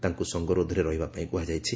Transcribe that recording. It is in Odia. ତାଙ୍କୁ ସଙ୍ଗରୋଧରେ ରହିବା ପାଇଁ କୁହାଯାଇଛି